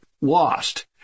lost